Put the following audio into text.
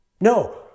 No